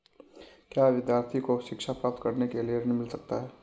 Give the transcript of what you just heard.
क्या विद्यार्थी को शिक्षा प्राप्त करने के लिए ऋण मिल सकता है?